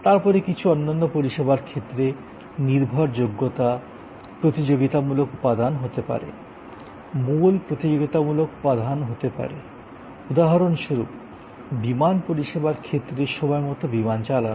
তারপরে কিছু অন্যান্য পরিষেবার ক্ষেত্রে নির্ভরযোগ্যতা প্রতিযোগিতামূলক উপাদান হতে পারে মূল প্রতিযোগিতামূলক উপাদান হতে পারে উদাহরণস্বরূপ বিমান পরিষেবার ক্ষেত্রে সময়মতো বিমান চালানো